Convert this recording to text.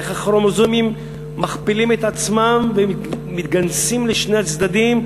איך הכרומוזומים מכפילים את עצמם ומתנקזים לשני הצדדים,